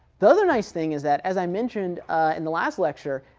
the other nice thing is that, as i mentioned in the last lecture,